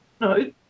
No